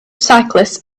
cyclists